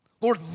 Lord